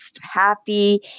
happy